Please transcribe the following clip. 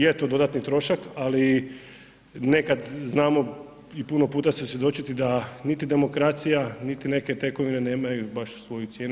Je to dodatni trošak, ali nekada znamo i puno puta svjedočiti da niti demokracija, niti neke tekovine nemaju baš svoju cijenu.